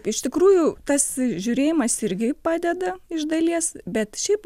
iš tikrųjų tas žiūrėjimas irgi padeda iš dalies bet šiaip